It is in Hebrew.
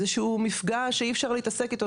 איזה שהוא מפגע שאי אפשר להתעסק איתו,